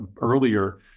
earlier